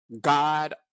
god